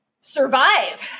survive